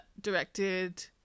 directed